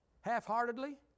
half-heartedly